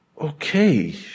okay